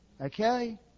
Okay